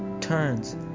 turns